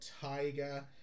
tiger